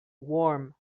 warm